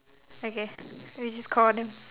K K we just call them